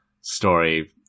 story